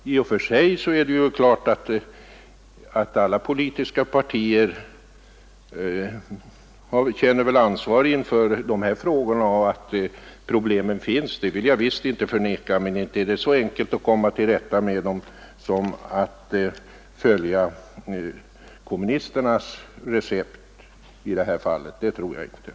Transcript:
I och för sig känner väl alla politiska partier ansvar inför dessa frågor. Jag vill visst inte heller förneka att problemen finns. Men jag tror inte att det är så enkelt att komma till rätta med dem som att följa kommunisternas recept i detta fall.